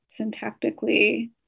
syntactically